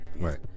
right